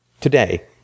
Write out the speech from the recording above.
Today